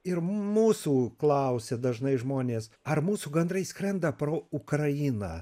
ir mūsų klausia dažnai žmonės ar mūsų gandrai skrenda pro ukrainą